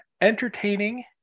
entertaining